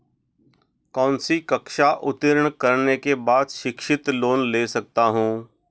कौनसी कक्षा उत्तीर्ण करने के बाद शिक्षित लोंन ले सकता हूं?